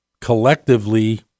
collectively